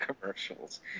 commercials